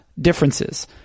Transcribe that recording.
differences